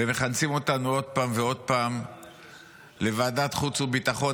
ומכנסים אותנו עוד פעם ועוד פעם לוועדת חוץ וביטחון,